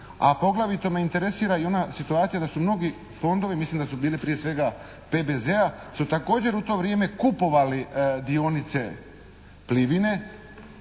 a poglavito me interesira i ona situacija da su mnogi fondovi, mislim da su bili prije svega PBZ-a, su također u to vrijeme kupovali dionice "Plivine"